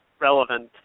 relevant